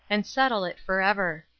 and settle it forever.